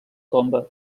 tomba